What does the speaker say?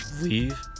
leave